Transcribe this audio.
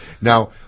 Now